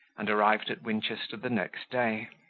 and arrived at winchester the next day.